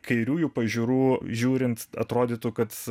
kairiųjų pažiūrų žiūrint atrodytų kad